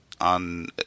on